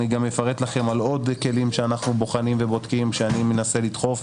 אני גם אפרט לכם על עוד כלים שאנחנו בוחנים ובודקים שאני מנסה לדחוף,